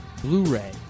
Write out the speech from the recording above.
Blu-ray